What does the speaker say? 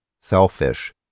selfish